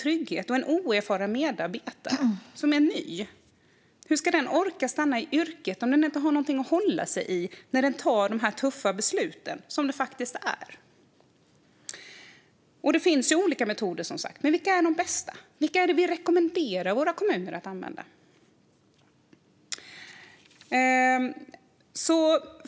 Hur ska en ny och oerfaren medarbetare orka stanna i yrket om det inte finns något att hålla sig i när man ska fatta dessa tuffa beslut? Det finns olika metoder. Vilka är de bästa? Vilka är det vi rekommenderar våra kommuner att använda?